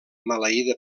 maleïda